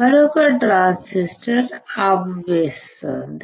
మరొక ట్రాన్సిస్టర్ను ఆపివేస్తుంది